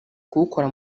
kuwukora